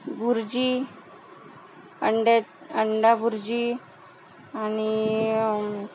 बुर्जी अंड्याची अंडा बुर्जी आणि